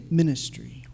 ministry